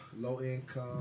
low-income